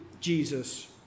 Jesus